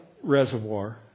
Reservoir